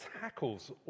tackles